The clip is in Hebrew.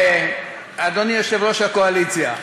אדוני יושב-ראש הקואליציה.